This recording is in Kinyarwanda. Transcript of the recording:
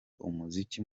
umuziki